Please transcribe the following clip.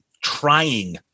trying